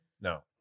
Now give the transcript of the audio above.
No